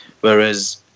Whereas